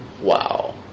Wow